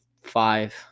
five